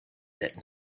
that